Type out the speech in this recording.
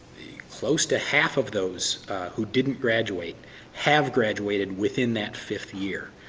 close to half of those who didn't graduate have graduated within that fifth year.